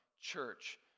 Church